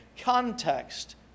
context